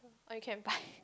or you can buy